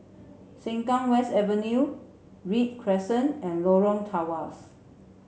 Sengkang West Avenue Read Crescent and Lorong Tawas